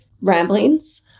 ramblings